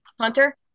hunter